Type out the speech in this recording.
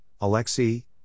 Alexei